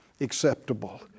acceptable